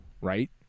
Right